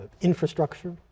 Infrastructure